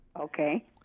Okay